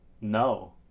No